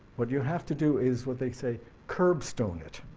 what you have to do is what they say, curbstone it.